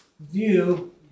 View